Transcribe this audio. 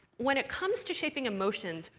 when it comes to shaping emotions,